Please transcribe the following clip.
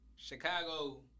Chicago